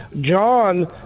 John